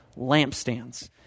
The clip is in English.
lampstands